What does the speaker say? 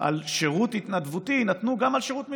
על שירות התנדבותי ניתנו גם על שירות מילואים,